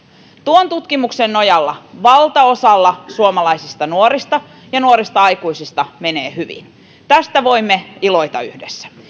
tuon tutkimuksen nojalla valtaosalla suomalaisista nuorista ja nuorista aikuisista menee hyvin tästä voimme iloita yhdessä